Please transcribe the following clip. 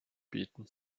bieten